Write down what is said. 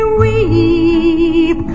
weep